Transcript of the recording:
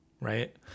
right